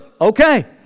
okay